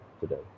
today